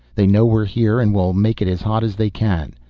they know we're here and will make it as hot as they can.